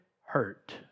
hurt